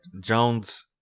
Jones